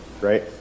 right